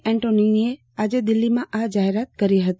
એન્ટોનીએ આજે દિલ્ફીમાં આ જાહેરાત કરી ફતી